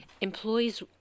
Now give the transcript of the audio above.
Employees